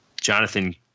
Jonathan